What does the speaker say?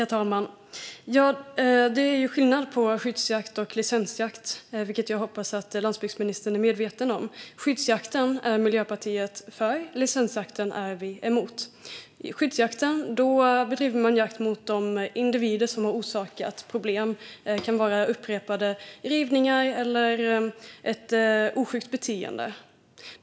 Herr talman! Det är ju skillnad på skyddsjakt och licensjakt, vilket jag hoppas att landsbygdsministern är medveten om. Skyddsjakten är Miljöpartiet för, och licensjakten är vi emot. Vid skyddsjakt bedriver man jakt mot de individer som har orsakat problem. Det kan vara upprepade rivningar eller ett oskyggt beteende.